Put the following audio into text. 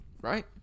Right